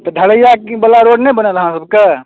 ढलैयाँबला road नहि बनल हँ अहाँकेँ